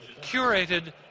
curated